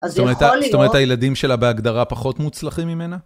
זאת אומרת, הילדים שלה בהגדרה פחות מוצלחים ממנה?